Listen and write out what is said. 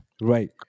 Right